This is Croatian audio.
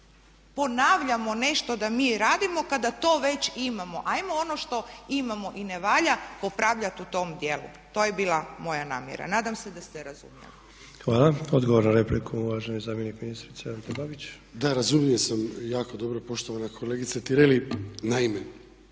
ponavljamo nešto da mi radimo kada to već imamo. Ajmo ono što imamo i ne valja popravljati u tom dijelu. To je bila moja namjera, nadam se da ste razumijeli. **Sanader, Ante (HDZ)** Hvala. Odgovor na repliku uvaženi zamjenik ministrice Ante Babić. **Babić, Ante (HDZ)** Razumio sam jako dobro poštovana kolegice Tireli. Naime,